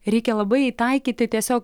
reikia labai įtaikyti tiesiog